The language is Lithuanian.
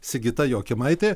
sigita jokimaitė